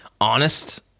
honest